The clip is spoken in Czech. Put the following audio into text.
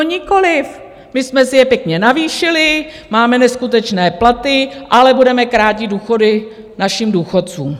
Nikoliv, my jsme si je pěkně navýšili, máme neskutečné platy, ale budeme krátit důchody našim důchodcům.